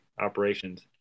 operations